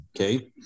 okay